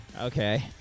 okay